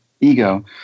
ego